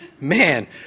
man